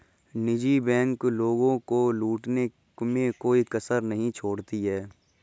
निजी बैंक लोगों को लूटने में कोई कसर नहीं छोड़ती है